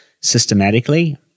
systematically